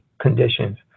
conditions